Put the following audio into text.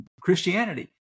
Christianity